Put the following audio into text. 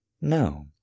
no